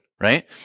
right